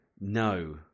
No